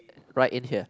right in here